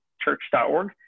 church.org